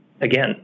again